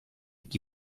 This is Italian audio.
chi